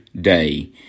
day